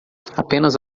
apenas